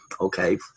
okay